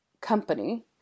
company